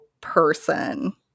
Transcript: person